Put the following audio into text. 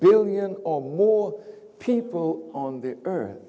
billion or more people on the earth